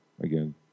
again